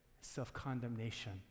self-condemnation